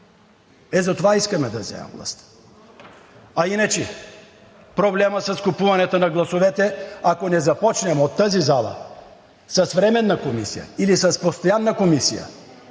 Ето затова искаме да вземем властта. А иначе проблемът с купуване на гласовете – ако не започнем от тази зала с временна или с постоянна комисия,